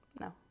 No